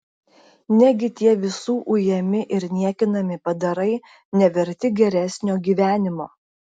negi tie visų ujami ir niekinami padarai neverti geresnio gyvenimo